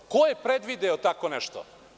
Ko je predvideo tako nešto?